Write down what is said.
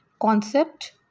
concept